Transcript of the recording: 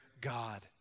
God